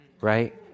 right